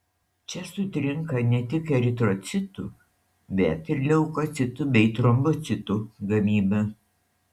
čia sutrinka ne tik eritrocitų bet ir leukocitų bei trombocitų gamyba